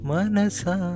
Manasa